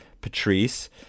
Patrice